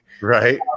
Right